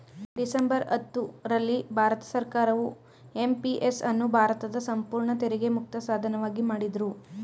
December ಹತ್ತು ರಲ್ಲಿ ಭಾರತ ಸರ್ಕಾರವು ಎಂ.ಪಿ.ಎಸ್ ಅನ್ನು ಭಾರತದ ಸಂಪೂರ್ಣ ತೆರಿಗೆ ಮುಕ್ತ ಸಾಧನವಾಗಿ ಮಾಡಿದ್ರು